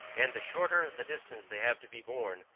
and the shorter the distance they have to be borne,